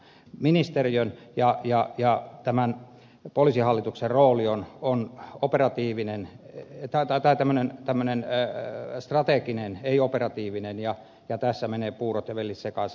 ministeriön ja tämän poliisihallituksen rooli on operatiivinen taitaa päteminen tämän enemmän strateginen ei operatiivinen ja tässä menevät puurot ja vellit sekaisin